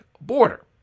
border